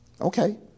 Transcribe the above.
Okay